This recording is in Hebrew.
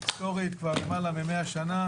היסטורית כבר למעלה מ-100 שנה,